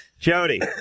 Jody